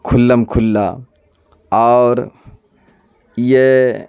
کھلم کھلا اور یہ